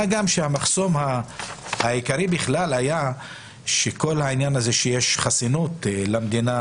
מה גם שהמחסום העיקרי בכלל היה שכל העניין של חסינות למדינה,